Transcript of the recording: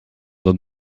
dat